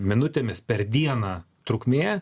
minutėmis per dieną trukmė